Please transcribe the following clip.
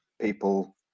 people